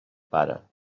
para